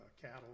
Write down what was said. cattle